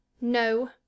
No